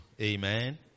Amen